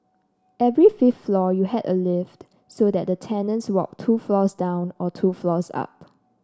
every fifth floor you had a lift so that the tenants walked two floors down or two floors up